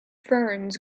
ferns